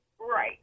right